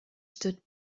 stood